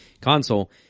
console